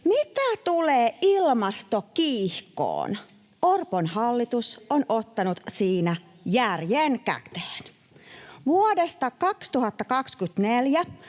Mitä tulee ilmastokiihkoon, Orpon hallitus on ottanut siinä järjen käteen. Vuodesta 2024